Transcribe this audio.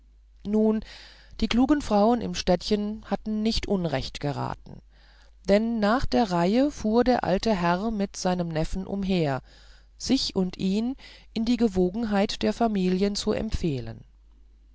und die klugen frauen im städtchen hatten nicht unrecht geraten denn nach der reihe fuhr der alte herr mit seinem neffen umher sich und ihn in die gewogenheit der familien zu empfehlen